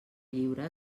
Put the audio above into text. lliure